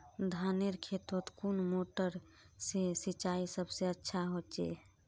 धानेर खेतोत कुन मोटर से सिंचाई सबसे अच्छा होचए?